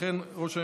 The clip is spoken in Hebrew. לכן, ראש הממשלה,